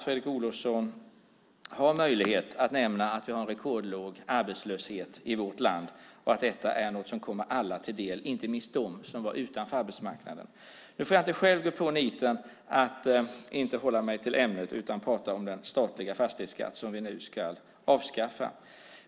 Fredrik Olovsson har också möjlighet att nämna att vi har en rekordlåg arbetslöshet i vårt land och att detta är något som kommer alla till del, inte minst dem som var utanför arbetsmarknaden. Nu får jag inte själv gå på niten att inte hålla mig till ämnet, utan jag ska prata om den statliga fastighetsskatt som vi nu ska avskaffa.